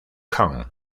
camp